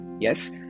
yes